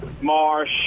marsh